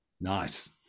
Nice